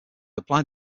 applied